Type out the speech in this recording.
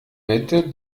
mitte